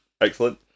Excellent